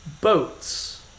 Boats